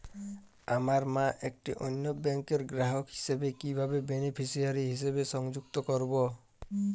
আমার মা একটি অন্য ব্যাংকের গ্রাহক হিসেবে কীভাবে বেনিফিসিয়ারি হিসেবে সংযুক্ত করব?